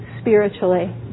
spiritually